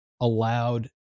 allowed